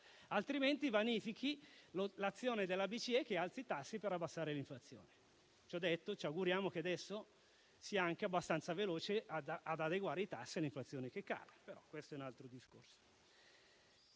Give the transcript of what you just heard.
altrimenti si vanifica l'azione della BCE, che alza i tassi per abbassare l'inflazione. Ciò detto, ci auguriamo che adesso sia anche abbastanza veloce ad adeguare i tassi all'inflazione che cambia. Ma questo è un altro discorso.